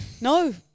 No